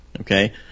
okay